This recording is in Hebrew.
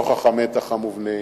נוכח המתח המובנה.